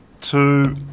Two